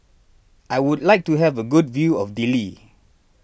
I would like to have a good view of Dili